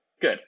Good